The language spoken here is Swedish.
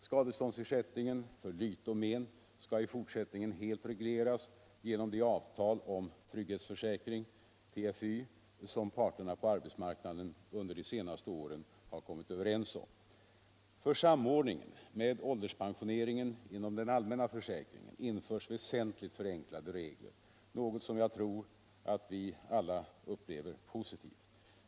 Skadeståndsersättningen för lyte och men skall i fortsättningen helt regleras genom de avtal om trygghetsförsäkring som parterna på arbetsmarknaden under de senaste åren har kommit överens om. För samordningen med ålderspensioneringen inom den allmänna för 103 säkringen införs väsentligt förenklade regler, något som jag tror att vi alla upplever positivt.